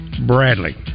Bradley